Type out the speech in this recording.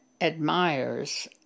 admires